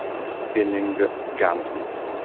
the spinning ganses.